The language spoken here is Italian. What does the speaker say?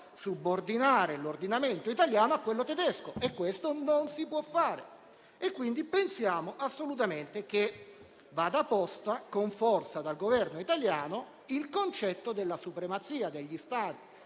subordinare l'ordinamento italiano a quello tedesco e non si può fare. Pertanto pensiamo che vada posto con forza dal Governo italiano il concetto della supremazia degli Stati